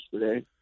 today